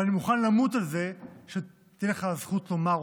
אבל אני מוכן למות על זה שתהיה לך הזכות לומר אותה,